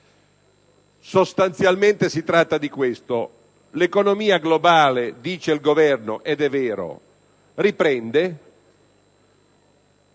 Sostanzialmente si tratta di questo: l'economia globale - dice il Governo ed è vero -